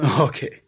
Okay